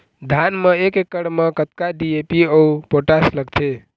धान म एक एकड़ म कतका डी.ए.पी अऊ पोटास लगथे?